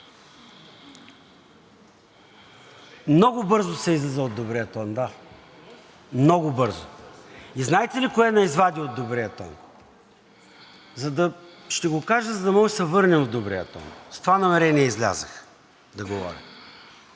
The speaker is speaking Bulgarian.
много бързо се излиза от добрия тон, да, много бързо. И знаете ли кое ме извади от добрия тон? Ще го кажа, за да можем да се върнем в добрия тон, с това намерение излязох да говоря.